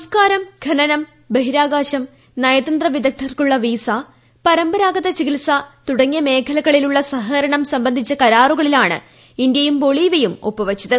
സംസ്കാരം ഖനനം ബഹിരാകാശം നയന്ത്രവിദഗ്ധർക്കുള്ള വീസ പരമ്പരാഗത ചികിത്സ തുടങ്ങിയ മേഖലകളിലുള്ള സഹകരണം സംബന്ധിച്ച കരാറുകളിലാണ് ഇന്ത്യയും ബൊളീവിയയും ഒപ്പുവച്ചത്